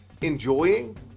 enjoying